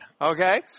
Okay